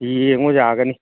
ꯌꯦꯡꯕ ꯌꯥꯒꯅꯤ